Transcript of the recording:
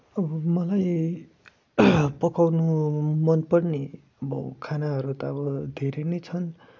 अब मलाई पकाउनु मन पर्ने अब खानाहरू त अब धेरै नै छन्